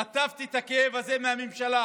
חטפתי את הכאב הזה מהממשלה